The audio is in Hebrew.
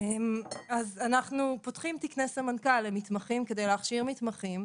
אנחנו פותחים תקני סמנכ"ל למתמחים כדי להכשיר מתמחים,